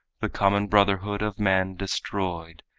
the common brotherhood of man destroyed,